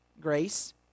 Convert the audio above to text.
Grace